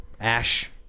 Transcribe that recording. Ash